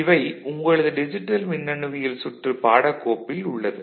இவை உங்களது டிஜிட்டல் மின்னணுவியல் சுற்று பாடக் கோப்பில் உள்ளது